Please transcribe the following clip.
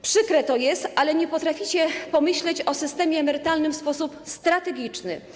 Przykre to jest, ale nie potraficie pomyśleć o systemie emerytalnym w sposób strategiczny.